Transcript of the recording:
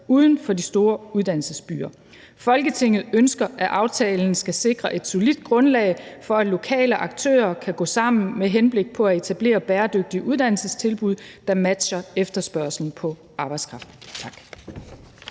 uden for de store uddannelsesbyer. Folketinget ønsker, at aftalen skal sikre et solidt grundlag for, at lokale aktører kan gå sammen med henblik på at etablere bæredygtige uddannelsestilbud, der matcher efterspørgslen på arbejdskraft.«